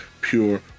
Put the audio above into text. pure